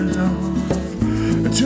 love